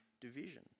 division